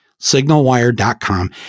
signalwire.com